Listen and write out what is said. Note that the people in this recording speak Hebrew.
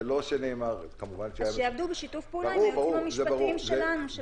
זה לא שנאמר --- אז שיעבדו בשיתוף פעולה עם היועצים המשפטיים שלנו.